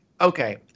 okay